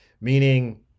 Meaning